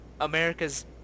America's